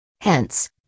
Hence